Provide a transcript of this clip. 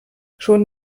schon